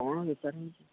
କ'ଣ ବେପାର ହେଉଛି